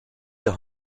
your